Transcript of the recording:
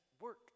work